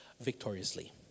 victoriously